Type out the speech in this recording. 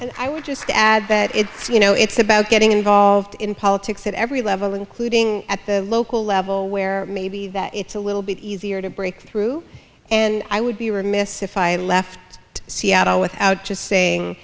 and i would just add that it's you know it's about getting involved in politics at every level including at the local level where maybe that it's a little bit easier to break through and i would be remiss if i left seattle without just saying